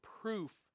proof